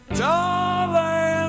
darling